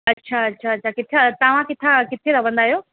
अछा अछा त किथां आहियो तव्हां किथे आहियो किथे रहंदा आहियो